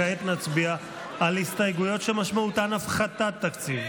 כעת נצביע על הסתייגויות שמשמעותן הפחתת תקציב.